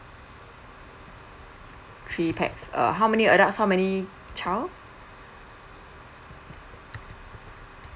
three pax uh how many adults how many child